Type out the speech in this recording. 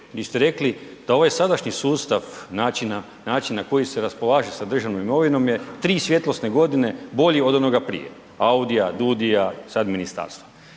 ste rekli da ovaj sadašnji sustav načina na koji se raspolaže sa državnom imovinom je 3 svjetlosne godine bolji od onoga prije, AUDI-a, DUUDI-a i sad ministarstva.